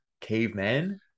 Cavemen